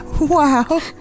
Wow